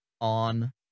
on